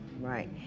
right